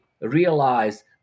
realize